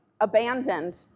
abandoned